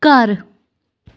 ਘਰ